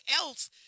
else